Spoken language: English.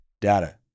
data